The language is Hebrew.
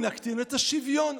נקטין את השוויון.